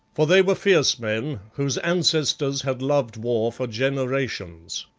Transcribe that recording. for they were fierce men whose ancestors had loved war for generations.